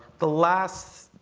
the last